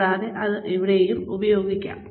കൂടാതെ അത് ഇവിടെയും ഉപയോഗിക്കാം